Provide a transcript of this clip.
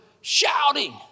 shouting